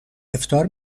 افطار